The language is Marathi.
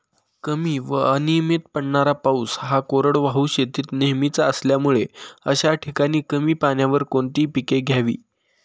कमी व अनियमित पडणारा पाऊस हा कोरडवाहू शेतीत नेहमीचा असल्यामुळे अशा ठिकाणी कमी पाण्यावर कोणती पिके घ्यावी?